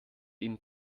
ihnen